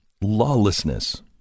Lawlessness